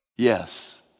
Yes